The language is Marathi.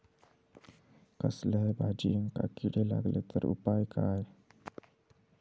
कसल्याय भाजायेंका किडे लागले तर उपाय काय?